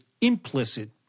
implicit